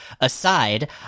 aside